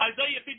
Isaiah